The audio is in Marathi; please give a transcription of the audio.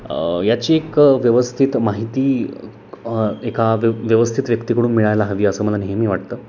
याची एक व्यवस्थित माहिती एका व्य व्यवस्थित व्यक्तीकडून मिळायला हवी असं मला नेहमी वाटतं